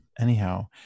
anyhow